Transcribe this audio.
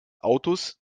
autos